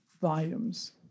volumes